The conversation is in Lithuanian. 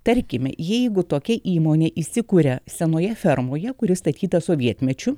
tarkime jeigu tokia įmonė įsikuria senoje fermoje kuris statytas sovietmečiu